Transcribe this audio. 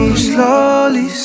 slowly